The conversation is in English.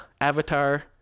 Avatar